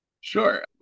Sure